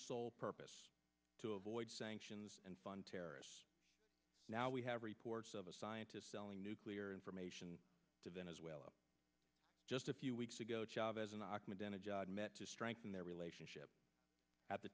sole purpose to avoid sanctions and fund terrorists now we have reports of a scientist selling nuclear information to venezuela just a few weeks ago chavez knocked me down a job met to strengthen their relationship at the